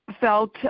felt